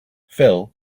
phil